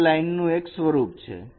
તે લાઈનનું એક સ્વરૂપ છે